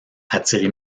attirent